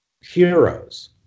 heroes